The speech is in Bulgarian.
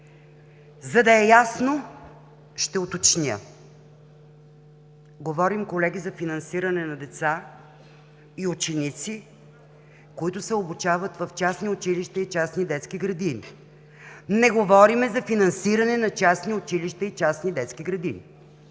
За да е ясно, ще уточня: говорим, колеги, за финансиране на деца и ученици, които се обучават в частни училища и частни детски градини. Не говорим за финансиране на частни училища и частни детски градини,